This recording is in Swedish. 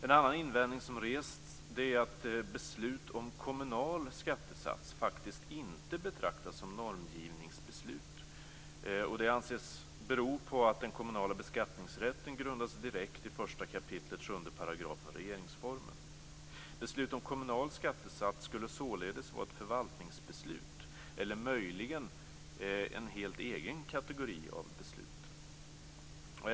En annan invändning som rests är att beslut om kommunal skattesats faktiskt inte betraktas som normgivningsbeslut. Det anses bero på att den kommunala beskattningsrätten är grundad direkt i 1 kap. 7 § regeringsformen. Beslut om kommunal skattesats skulle således vara ett förvaltningsbeslut, eller möjligen en helt egen kategori av beslut.